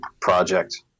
project